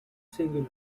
singular